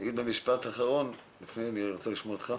אני אגיד במשפט אחרון ואני ארצה לשמוע אותך,